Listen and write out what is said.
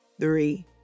three